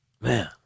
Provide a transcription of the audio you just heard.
Man